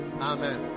Amen